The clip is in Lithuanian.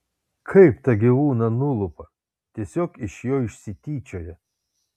kaip tą gyvūną nulupa tiesiog iš jo išsityčioja